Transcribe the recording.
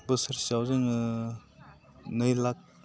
बोसोरसेयाव जोङो नै लाख